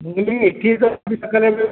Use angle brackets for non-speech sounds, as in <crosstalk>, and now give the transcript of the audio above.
ମୁଁ ଏଠି ତ <unintelligible>